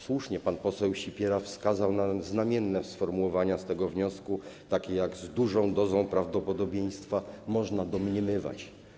Słusznie pan poseł Sipiera wskazał na znamiennie sformułowania z tego wniosku, takie jak „z dużą dozą prawdopodobieństwa można domniemywać”